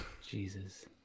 Jesus